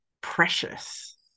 precious